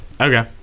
Okay